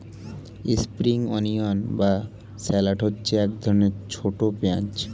spring onion বা shallot হচ্ছে এক ধরনের ছোট পেঁয়াজ